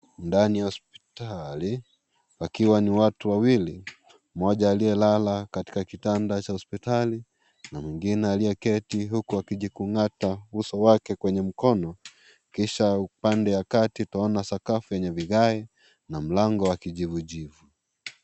Ndani ya hospitali, wakiwa ni watu wawili, mmoja aliyelala katika kitanda cha hospitali na mwingine aliyeketi huku akijikung'ata uso wake kwenye mkono, kisha upande ya kati utaona sakafu kwenye vigae na mlango wa kijivujivu.